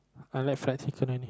I like fried chicken only